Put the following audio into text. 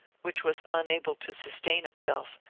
which was unable to sustain itself,